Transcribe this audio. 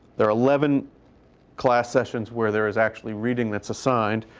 there are eleven class sessions where there is actually reading that's assigned.